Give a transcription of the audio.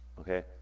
Okay